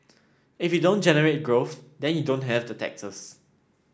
if you don't generate growth then you don't have the taxes